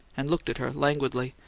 and looked at her languidly.